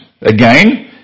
again